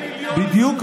--- גדעון,